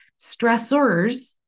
Stressors